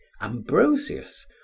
ambrosius